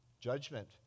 Judgment